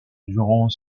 durant